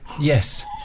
Yes